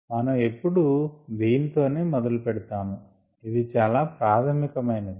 మనం ఎప్పుడు దీని తోనే మొదలు పెడతాము ఇది చాలా ప్రాధమిక మైనది